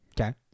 Okay